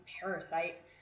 parasite